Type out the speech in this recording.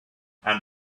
and